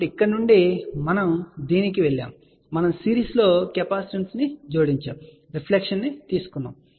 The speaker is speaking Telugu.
కాబట్టి ఇక్కడ నుండి మనం దీనికి వెళ్ళాము మనం సిరీస్లో కెపాసిటెన్స్ను జోడించాము రిఫ్లెక్షన్ తీసుకున్నాము